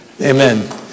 Amen